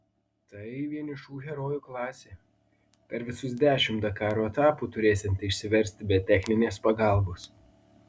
tai vienišų herojų klasė per visus dešimt dakaro etapų turėsianti išsiversti be techninės pagalbos